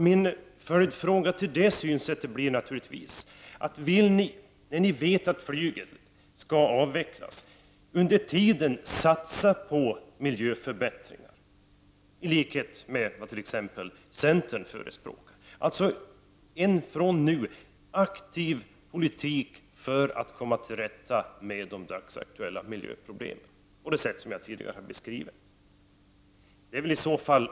Min följdfråga blir då: Vill ni i avvaktan på att flyget skall avvecklas satsa på sådana miljöförbättringar som t.ex. centern förespråkar, alltså fr.o.m. nu ha en sådan aktiv politik för att komma till rätta med de dagsaktuella miljöproblemen vilken jag tidigare har beskrivit?